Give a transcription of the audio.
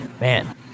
Man